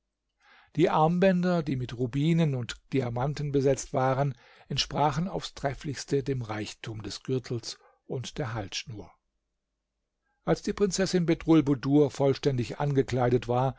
die armbänder die mit rubinen und diamanten besetzt waren entsprachen aufs trefflichste dem reichtum des gürtels und der halsschnur als die prinzessin bedrulbudur vollständig angekleidet war